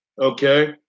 okay